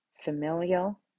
familial